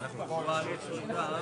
)